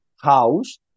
house